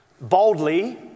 boldly